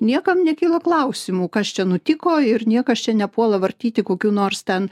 niekam nekyla klausimų kas čia nutiko ir niekas čia nepuola vartyti kokių nors ten